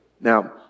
Now